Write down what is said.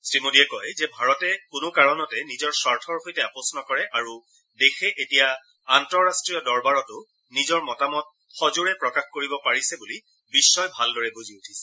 শ্ৰীমোডীয়ে কয় যে ভাৰতে কোনো কাৰণতে নিজৰ স্বাৰ্থৰ সৈতে আপোচ নকৰে আৰু দেশে এতিয়া আন্তঃৰাষ্ট্ৰীয় দৰবাৰতো নিজৰ মতামত সজোৰে প্ৰকাশ কৰিব পাৰিছে বুলি বিশ্বই ভালদৰে বুজি উঠিছে